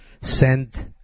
sent